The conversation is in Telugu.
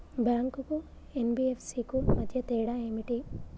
బ్యాంక్ కు ఎన్.బి.ఎఫ్.సి కు మధ్య తేడా ఏమిటి?